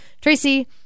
Tracy